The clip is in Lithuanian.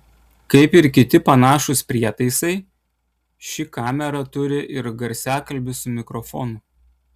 kaip ir kiti panašūs prietaisai ši kamera turi ir garsiakalbį su mikrofonu